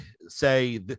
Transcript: say